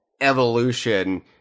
evolution